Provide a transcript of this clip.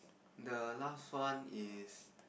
the last one is